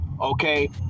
okay